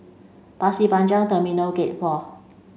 Pasir Panjang Terminal Gate four